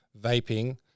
vaping